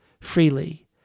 freely